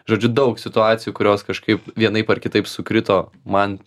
žodžiu daug situacijų kurios kažkaip vienaip ar kitaip sukrito man